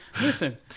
Listen